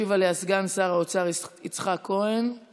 ישיב עליה סגן שר האוצר יצחק כהן,